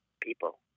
people